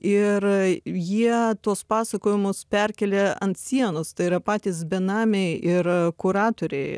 ir jie tuos pasakojimus perkėlė ant sienos tai yra patys benamiai ir kuratoriai